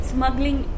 Smuggling